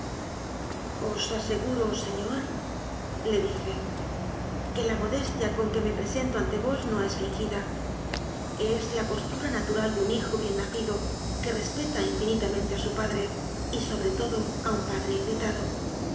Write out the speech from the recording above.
os aseguro señorle dije que la modestia con que me presento ante vos no es fingida es la postura natural de un hijo bien nacido que res peta infinitamente a su padre y sobre todo a un padre irritado